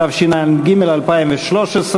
התשע"ג 2013,